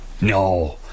No